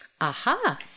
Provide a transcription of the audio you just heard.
Aha